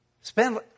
Spend